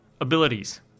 abilities